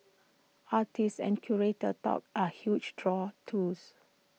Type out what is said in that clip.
artist and curator talks are huge draws too